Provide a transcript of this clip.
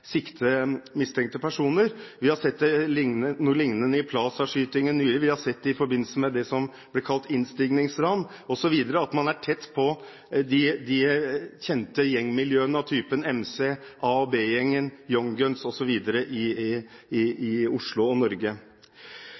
mistenkte personer. Vi har sett noe lignende i forbindelse med Plaza-skytingen nylig, vi har sett det i forbindelse med det som ble kalt innstigningsran, osv., at man er tett på de kjente gjengmiljøene av typen MC, A- og B-gjengen, Young Guns osv. i Oslo – og i Norge.